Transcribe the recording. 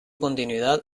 continuidad